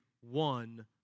one